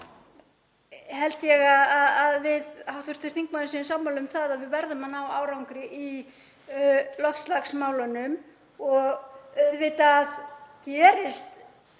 held ég að við hv. þingmaður séum sammála um að við verðum að ná árangri í loftslagsmálunum. Auðvitað gerist